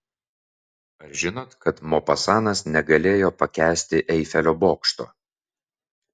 ar žinot kad mopasanas negalėjo pakęsti eifelio bokšto